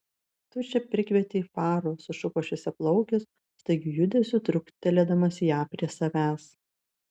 tu čia prikvietei farų sušuko šviesiaplaukis staigiu judesiu truktelėdamas ją prie savęs